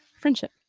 friendship